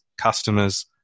customers